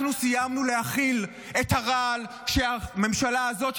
אנחנו סיימנו להכיל את הרעל שהממשלה הזאת,